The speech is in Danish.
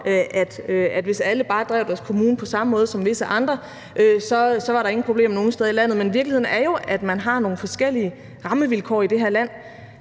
at hvis alle bare drev deres kommune på præcis samme måde som visse andre, så var der ingen problemer nogen steder i landet. Men virkeligheden er jo, at man har nogle forskellige rammevilkår i det her land.